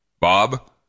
Bob